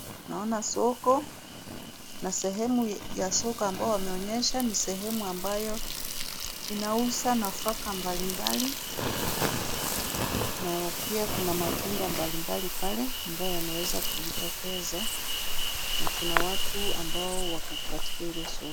Naona soko na sehemu ya soko ambayo wameonyesha ni sehemu ambayo inauza nafaka mbalimbali, na pia kuna matunda mbalimbali pale ambayo yameweza kujitokeza, na kuna watu ambao wako katika hilo soko.